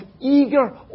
eager